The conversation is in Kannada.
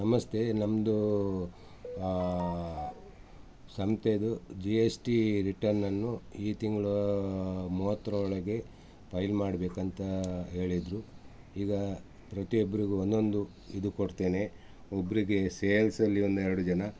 ನಮಸ್ತೆ ನಮ್ದು ಸಂತೇದು ಜಿ ಎಸ್ ಟೀ ರಿಟರ್ನನ್ನು ಈ ತಿಂಗಳ ಮೂವತ್ತರೊಳಗೆ ಫೈಲ್ ಮಾಡಬೇಕಂತ ಹೇಳಿದ್ದರು ಈಗ ಪ್ರತಿಯೊಬ್ರಿಗೂ ಒಂದೊಂದು ಇದು ಕೊಡ್ತೇನೆ ಒಬ್ಬರಿಗೆ ಸೇಲ್ಸಲ್ಲಿ ಒಂದೆರಡು ಜನ